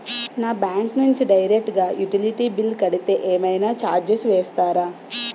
నా బ్యాంక్ నుంచి డైరెక్ట్ గా యుటిలిటీ బిల్ కడితే ఏమైనా చార్జెస్ వేస్తారా?